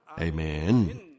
Amen